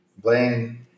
Blaine